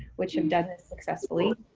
which have done this successfully.